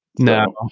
No